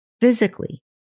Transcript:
Physically